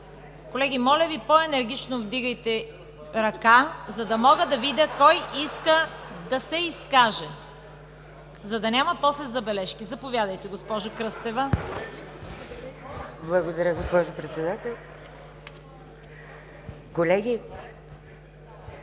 Колеги, моля Ви, по-енергично вдигайте ръка, за да мога да видя кой иска да се изкаже, за да няма после забележки. Заповядайте, госпожо Кръстева. ВЕЛИСЛАВА КРЪСТЕВА (ДПС): Благодаря, госпожо Председател. Колеги!